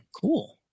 cool